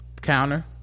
counter